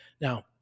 Now